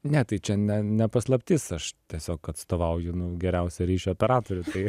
ne tai čia ne ne paslaptis aš tiesiog atstovauju geriausią ryšio operatorių tai